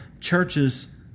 churches